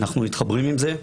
ואנחנו מתחברים עם זה.